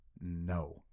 no